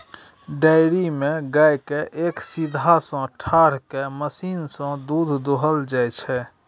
dairy मे गाय केँ एक सीधहा सँ ठाढ़ कए मशीन सँ दुध दुहल जाइ छै